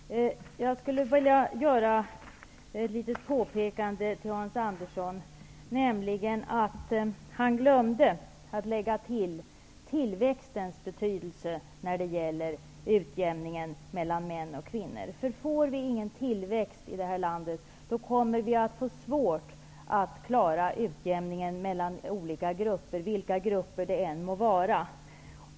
Fru talman! Jag skulle vilja göra ett litet påpekande till Hans Andersson, nämligen att han glömde att lägga till tillväxtens betydelse för utjämningen mellan män och kvinnor. Får vi ingen tillväxt i det här landet, kommer vi att få svårt att klara utjämningen mellan olika grupper, vilka grupper det än må vara.